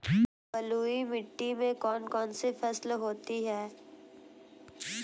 बलुई मिट्टी में कौन कौन सी फसल होती हैं?